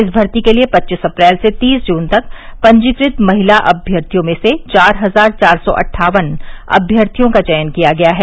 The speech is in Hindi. इस भर्ती के लिए पच्चीस अप्रैल से तीस जून तक पंजीकृत महिला अभ्यर्थियों में से चार हजार चार सौ अट्ठावन अभ्यर्थियों का चयन किया गया है